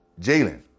Jalen